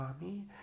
mommy